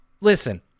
Listen